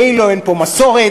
כאילו אין פה מסורת,